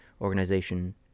organization